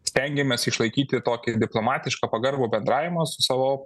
stengiamės išlaikyti tokį diplomatišką pagarbų bendravimą su savo